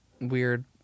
weird